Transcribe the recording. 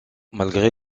malgré